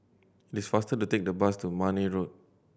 it is faster to take the bus to Marne Road